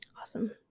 awesome